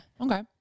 okay